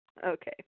Okay